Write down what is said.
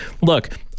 look